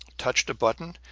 touched a button,